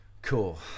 Cool